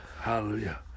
hallelujah